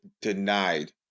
Denied